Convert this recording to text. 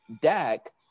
Dak